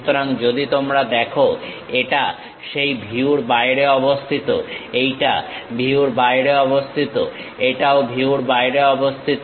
সুতরাং যদি তোমরা দেখো এটা সেই ভিউর বাইরে অবস্থিত এইটা ভিউর বাইরে অবস্থিত এটাও ভিউর বাইরে অবস্থিত